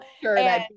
Sure